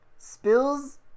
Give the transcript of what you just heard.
spills